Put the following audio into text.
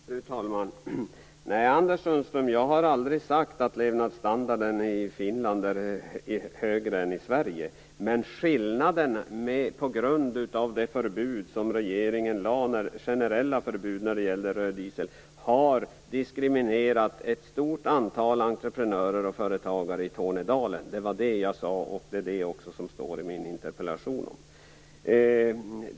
Fru talman! Nej, Anders Sundström, jag har aldrig sagt att levnadsstandarden i Finland är högre än i Sverige. Men skillnaden som uppkom på grund av det generella förbud mot röd diesel som regeringen införde har diskriminerat ett stort antal entreprenörer och företagare i Tornedalen. Det var det jag sade, och det är det som också står i min interpellation.